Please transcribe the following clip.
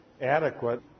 adequate